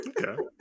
Okay